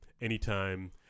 Anytime